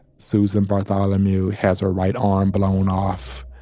susan bartholomew has her right arm blown off.